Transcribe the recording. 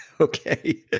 Okay